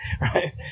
Right